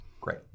great